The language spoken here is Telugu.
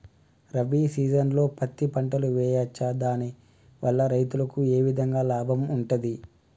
రబీ సీజన్లో పత్తి పంటలు వేయచ్చా దాని వల్ల రైతులకు ఏ విధంగా లాభం ఉంటది?